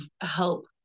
help